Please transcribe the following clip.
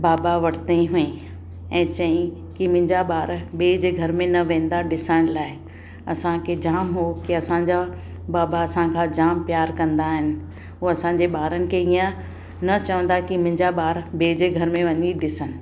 बाबा वरितईं हुई ऐं चयाईं की मुंहिंजा ॿार ॿिए जे घर में न वेंदा ॾिसण लाइ असांखे जामु हो की असांजा बाबा असां खां जामु प्यार कंदा आहिनि उहे असांजे ॿारनि खे हीअं न चवंदा की मुंहिंजा ॿार ॿिए जे घर में वञी ॾिसणु